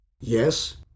Yes